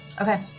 Okay